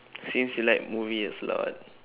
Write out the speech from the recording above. since you like movies a lot